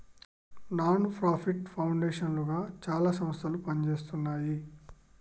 non profit foundation లుగా చాలా సంస్థలు పనిజేస్తున్నాయి